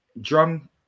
drum